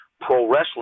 pro-wrestling